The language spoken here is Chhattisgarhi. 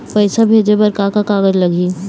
पैसा भेजे बर का का कागज लगही?